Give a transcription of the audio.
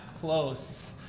close